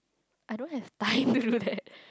I don't have